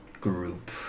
group